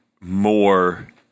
more